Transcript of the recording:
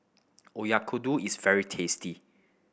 Oyakodon is very tasty